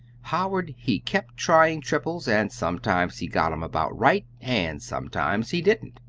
howard he kept trying triples, and sometimes he got em about right and sometimes he didn't.